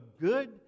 good